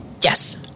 Yes